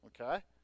Okay